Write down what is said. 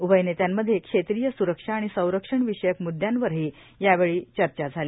उभय नेत्यामध्ये क्षेत्रीय स्रक्षा आणि संरक्षण विषयक म्दयावरही यावेळी चर्चा झाली